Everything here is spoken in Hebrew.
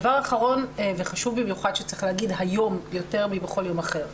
דבר אחרון וחשוב במיוחד שצריך לומר היום יותר מבכל יום אחר.